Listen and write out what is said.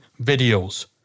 videos